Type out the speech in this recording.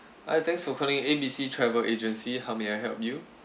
hi thanks for calling A B C travel agency how may I help you